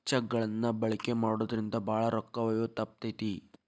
check ಗಳನ್ನ ಬಳಕೆ ಮಾಡೋದ್ರಿಂದ ಭಾಳ ರೊಕ್ಕ ಒಯ್ಯೋದ ತಪ್ತತಿ